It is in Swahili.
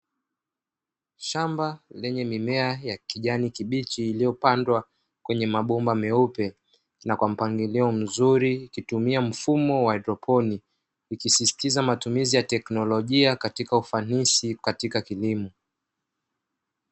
Shamba lenye mimea ya kijani kibichi, iliyopandwa kwenye mabomba meupe, na kwa mpangilio mzuri, ikitumia mfumo wa haidroponi, ikiisisitiza matumizi ya teknolojia katika ufanisi katika kilimo.